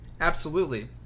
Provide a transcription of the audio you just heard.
Absolutely